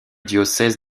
diocèse